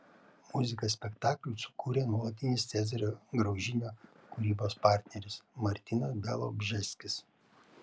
muziką spektakliui sukūrė nuolatinis cezario graužinio kūrybos partneris martynas bialobžeskis